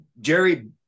Jerry